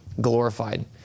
glorified